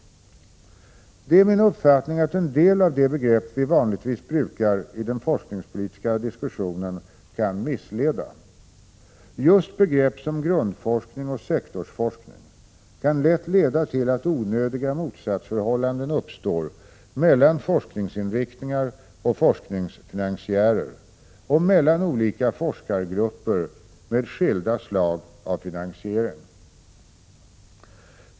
Det är min uppfattning att en del av de begrepp vi vanligtvis brukar i den forskningspolitiska diskussionen kan missleda. Just begrepp som grundforskning och sektorsforskning kan lätta leda till att onödiga motsatsförhållanden uppstår mellan forskningsinriktningar och forskningsfinansiärer och mellan olika forskargrupper med skilda slag av finansiering.